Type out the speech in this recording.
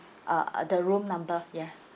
uh the room number ya